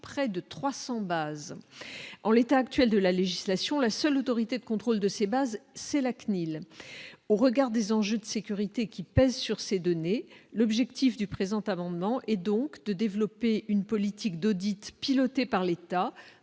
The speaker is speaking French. près de 300 bases en l'état actuel de la législation, la seule autorité de contrôle de ses bases, c'est la CNIL au regard des enjeux de sécurité qui pèse sur ces données, l'objectif du présent amendement et donc de développer une politique d'audits piloté par l'État,